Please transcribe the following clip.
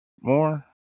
more